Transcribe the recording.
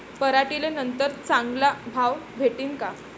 पराटीले नंतर चांगला भाव भेटीन का?